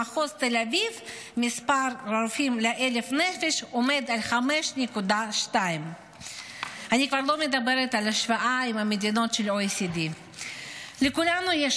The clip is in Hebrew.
במחוז תל אביב מספר הרופאים ל-1,000 תושבים עומד על 5.2. אני כבר לא מדברת על ההשוואה למדינות של OECD. לכולנו יש